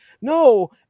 No